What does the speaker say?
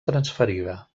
transferida